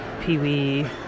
Pee-wee